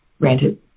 granted